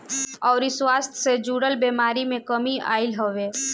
अउरी स्वास्थ्य जे जुड़ल बेमारी में कमी आईल हवे